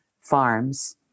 Farms